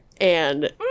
And-